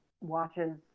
watches